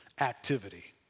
activity